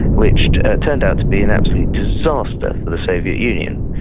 which turned out to be an absolute disaster for the soviet union,